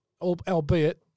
Albeit